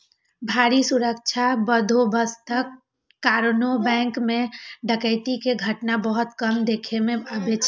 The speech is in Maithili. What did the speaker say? भारी सुरक्षा बंदोबस्तक कारणें बैंक मे डकैती के घटना बहुत कम देखै मे अबै छै